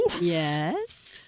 Yes